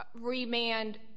remand